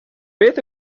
beth